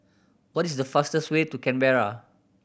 what is the fastest way to Canberra